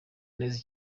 neza